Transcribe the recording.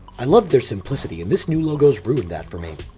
i loved their simplicity and this new logo's ruined that for me.